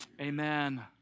amen